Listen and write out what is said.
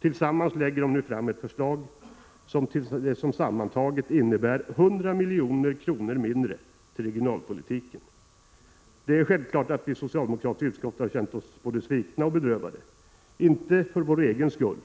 Tillsammans lägger man nu fram ett förslag som sammantaget innebär 100 milj.kr. mindre till regionalpolitiken. Det är självklart att vi socialdemokrater i utskottet har känt oss både svikna och bedrövade, inte för vår egen skull